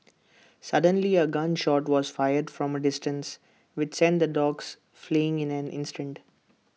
suddenly A gun shot was fired from A distance which sent the dogs fleeing in an instant